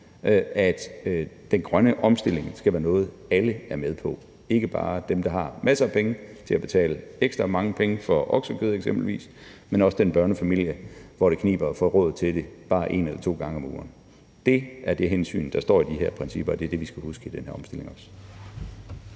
at den grønne omstilling skal være noget, som alle er med på, ikke bare dem, der har masser af penge til at betale ekstra mange penge for oksekød eksempelvis, men også den børnefamilie, hvor det kniber med at få råd til det bare en eller to gange om ugen. Det er det hensyn, der afspejles i de her principper, og det er det, vi også skal huske i den her omstilling.